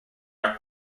are